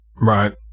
right